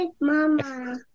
mama